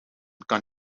kan